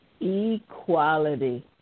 Equality